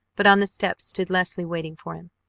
but on the steps stood leslie waiting for him.